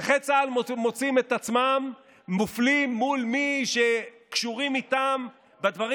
נכי צה"ל מוצאים את עצמם מופלים מול מי שקשורים איתם בדברים